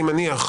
אני מניח,